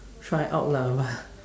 try out lah but